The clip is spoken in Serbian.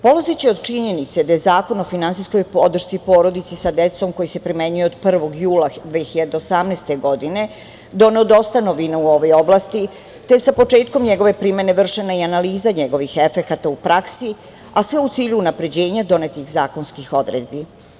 Polazeći od činjenice da je Zakon o finansijskoj podršci porodici sa decom koji se primenjuje od 1. jula 2018. godine, … u ovoj oblasti, te sa početkom njegove primene vršena je i analiza njegovih efekata u praksi, a sve u cilju unapređenja do nekih zakonskih odredbi.